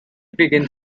beginnt